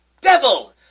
devil